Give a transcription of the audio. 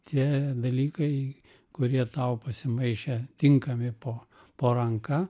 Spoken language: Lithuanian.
tie dalykai kurie tau pasimaišė tinkami po po ranka